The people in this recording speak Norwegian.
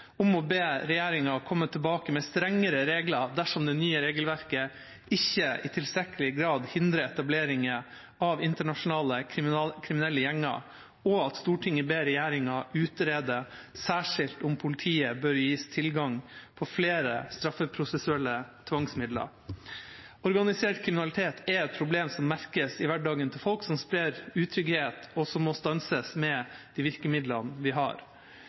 om å be regjeringa komme tilbake med strengere regler dersom det nye regelverket ikke i tilstrekkelig grad hindrer etableringer av internasjonale kriminelle gjenger, og at Stortinget ber regjeringa utrede særskilt om politiet bør gis tilgang til flere straffeprosessuelle tvangsmidler. Organisert kriminalitet er et problem som merkes i hverdagen til folk, som sprer utrygghet, og som må stanses med de virkemidlene vi har. Det er andre sider ved organisert kriminalitet som regjeringa ikke har